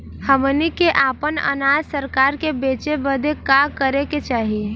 हमनी के आपन अनाज सरकार के बेचे बदे का करे के चाही?